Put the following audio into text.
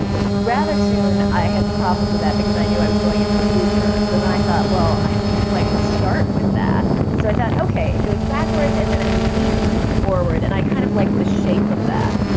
ah ah rather soon, i had problems with that because i knew i was going into the future. so then i thought, well, i can't like start with that. so, i thought, ok, it goes backwards and then it leaps forward. and i kind of liked the shape of that.